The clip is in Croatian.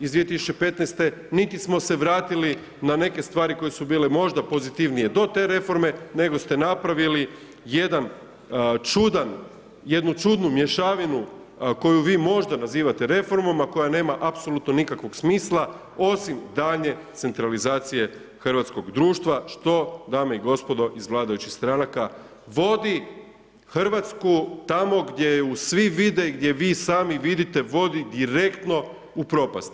iz 2015. niti smo se vratili na neke stvari koje su bile možda pozitivnije do te reforme nego ste napravili jedan čudan, jednu čudnu mješavinu koju vi možda nazivate reformom, a koja nema apsolutno nikakvog smisla osim daljnje centralizacije hrvatskog društva, što dame i gospodo, iz vladajućih stranaka vodi Hrvatsku tamo gdje ju svi vide i gdje vi sami vidite, vodi direktno u propast.